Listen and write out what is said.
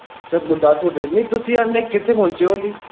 ਅੱਛਾ ਗੁਰਦਾਸਪੁਰ ਰਹਿੰਦੇ ਨਹੀਂ ਤੁਸੀਂ ਹਾਲੇ ਕਿੱਥੇ ਪਹੁੰਚੇ ਹੋ ਹਾਲੀ